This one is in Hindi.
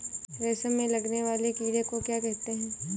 रेशम में लगने वाले कीड़े को क्या कहते हैं?